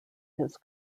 his